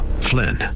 Flynn